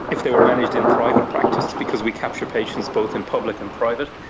if they were managed in private practice, because we capture patients both in public and private,